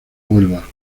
huelva